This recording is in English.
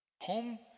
Home